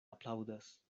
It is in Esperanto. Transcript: aplaŭdas